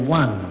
one